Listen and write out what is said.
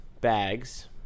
bags